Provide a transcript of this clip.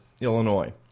Illinois